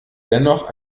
dennoch